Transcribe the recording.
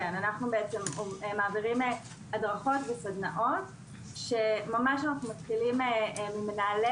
אנחנו מעבירים הדרכות וסדנאות ומתחילים עם מנהלי